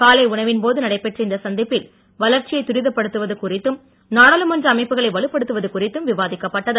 காலை உணவின் போது நடைபெற்ற இந்த சந்திப்பில் வளர்ச்சியைத் துரிதப்படுத்துவது குறித்தும் நாடாளுமன்ற அமைப்புகளை வலுப்படுத்துவது குறித்தும் விவாதிக்கப்பட்டது